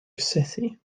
city